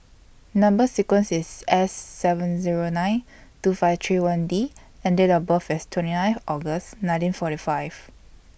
Number sequence IS S seven Zero nine two five three one D and Date of birth IS twenty nine August nineteen forty five